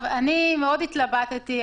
מאוד התלבטתי.